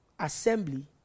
assembly